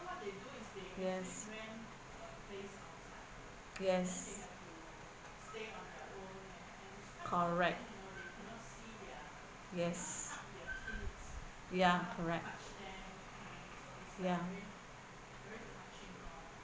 yes yes correct yes ya correct ya